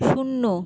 শূন্য